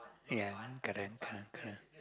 ya correct correct